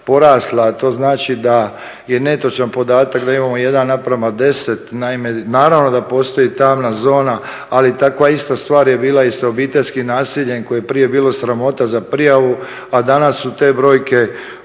to znači da je netočan podatak da imamo 1:10, naime naravno da postoji tamna zona, ali takva ista stvar je bila i sa obiteljskim nasiljem koje je prije bilo sramota za prijavu, a danas su te brojke značajne